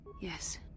Yes